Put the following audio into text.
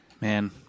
Man